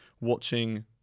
watching